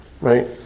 right